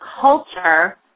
culture